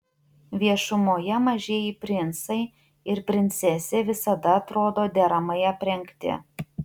viešumoje mažieji princai ir princesė visada atrodo deramai aprengti